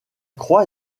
croix